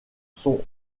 sont